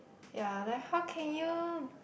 ya like how can you